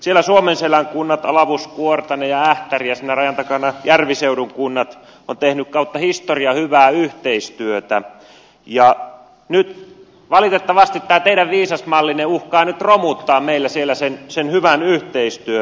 siellä suomenselän kunnat alavus kuortane ja ähtäri ja siinä rajan takana järviseudun kunnat ovat tehneet kautta historian hyvää yhteistyötä ja valitettavasti tämä teidän viisas mallinne uhkaa nyt romuttaa meillä siellä sen hyvän yhteistyön